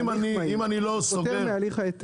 --- מהליך ההיתר.